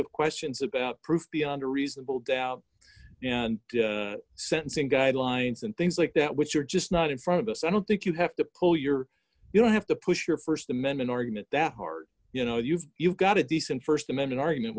of questions about proof beyond a reasonable doubt and sentencing guidelines and things like that which are just not in front of us i don't think you have to pull your you don't have to push your st amendment argument that hard you know you've you've got a decent st amendment argument